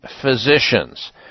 Physicians